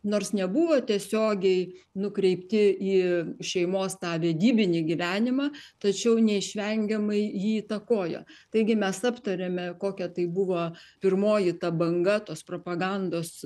nors nebuvo tiesiogiai nukreipti į šeimos tą vedybinį gyvenimą tačiau neišvengiamai jį įtakojo taigi mes aptarėme kokia tai buvo pirmoji ta banga tos propagandos